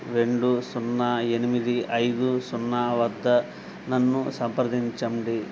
రెండు సున్నా ఎనిమిది ఐదు సున్నా వద్ద నన్ను సంప్రదించండి